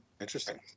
Interesting